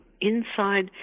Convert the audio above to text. inside